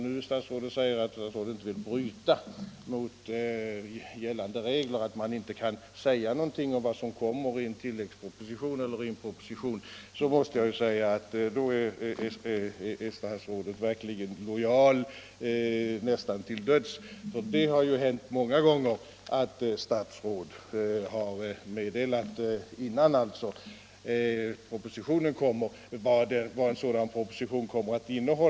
När statsrådet nu förklarar att hon inte vill bryta mot gällande regler om att inte säga någonting om vad som kommer i en proposition måste jag säga att statsrådet verkligen är lojal nästan till döds. Det har ju hänt många gånger att statsråd har meddelat vad en proposition kommer att innehålla innan den föreligger.